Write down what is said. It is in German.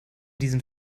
diesen